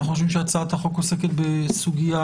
אנחנו חושבים שהצעת החוק עוסקת בסוגיה